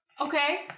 Okay